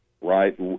right